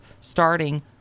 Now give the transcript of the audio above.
starting